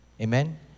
amen